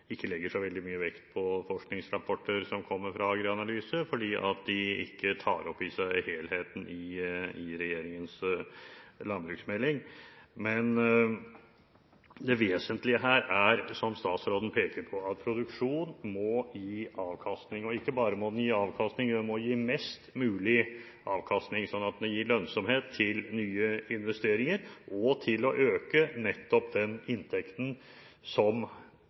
ikke legger så veldig mye vekt på forskningsrapporter som kommer fra AgriAnalyse fordi de ikke tar opp i seg helheten i regjeringens landbruksmelding. Men det vesentlige her er, som statsråden peker på, at produksjonen må gi avkastning – ikke bare må den gi avkastning, den må gi mest mulig avkastning, slik at den gir lønnsomhet til nye investeringer og til å øke nettopp den inntekten som